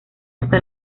hasta